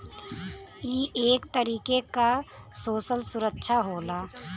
ई एक तरीके क सोसल सुरक्षा होला